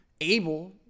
able